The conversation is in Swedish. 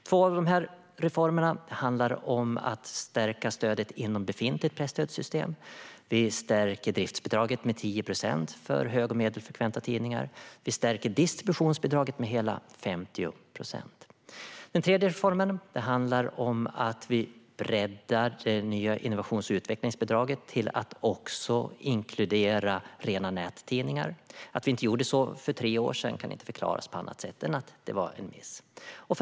Två av dessa reformer handlar om att stärka stödet inom det befintliga presstödssystemet: Vi stärker driftsbidraget med 10 procent för hög och medelfrekventa tidningar, och vi stärker distributionsbidraget med hela 50 procent. Den tredje reformen handlar om att vi breddar det nya innovations och utvecklingsbidraget till att också inkludera rena nättidningar. Att vi inte gjorde så för tre år sedan kan inte förklaras på annat sätt än att det var en miss.